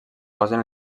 posen